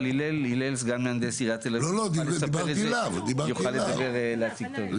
אבל הלל סגן עיריית תל אביב יוכל להציג טוב.